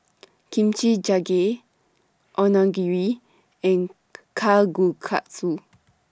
Kimchi Jjigae Onigiri and Kalguksu